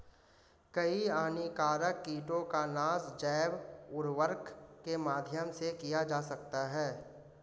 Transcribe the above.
कई हानिकारक कीटों का नाश जैव उर्वरक के माध्यम से किया जा सकता है